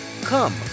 Come